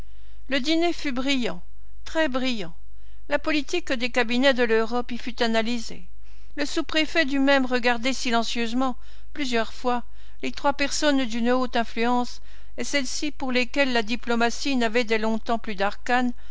le dîner fut brillant très brillant la politique des cabinets de l'europe y fut analysée le sous-préfet dut même regarder silencieusement plusieurs fois les trois personnes d'une haute influence et celles-ci pour lesquelles la diplomatie n'avait dès longtemps plus d'arcanes